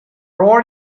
rod